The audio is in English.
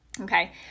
Okay